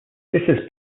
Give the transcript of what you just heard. this